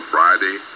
Friday